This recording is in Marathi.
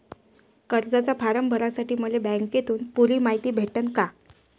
कर्जाचा फारम भरासाठी मले बँकेतून पुरी मायती भेटन का?